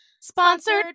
Sponsored